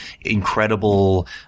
incredible